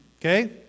Okay